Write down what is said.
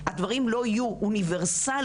הדברים לא יהיו אוניברסליים,